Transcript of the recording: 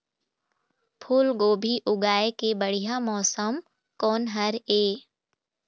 फूलगोभी उगाए के बढ़िया मौसम कोन हर ये?